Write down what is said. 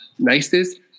Nicest